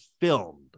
filmed